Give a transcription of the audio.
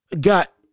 Got